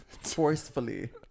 forcefully